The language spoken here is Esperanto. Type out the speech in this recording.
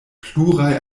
pluraj